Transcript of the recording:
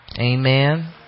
Amen